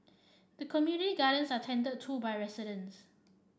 the community gardens are tended to by residents